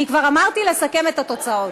אני כבר אמרתי לסכם את התוצאות.